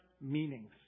meanings